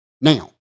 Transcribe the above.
now